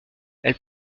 elle